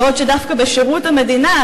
בעוד דווקא בשירות המדינה,